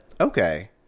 okay